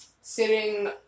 sitting